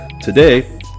Today